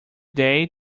day